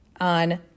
on